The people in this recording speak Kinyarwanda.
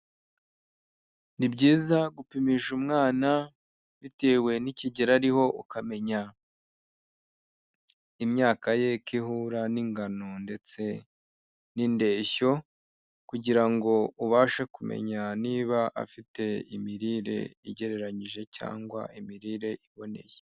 Ni byiza gupimisha umwana bitewe n'ikigero ariho ukamenya imyaka ye ko ihura n'ingano ndetse n'indeshyo kugira ngo ubashe kumenya niba afite imirire igereranyije cyangwa imirire iboneye.